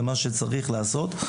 ומה שצריך לעשות.